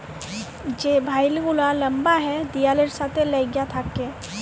যে ভাইল গুলা লম্বা হ্যয় দিয়ালের সাথে ল্যাইগে থ্যাকে